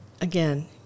again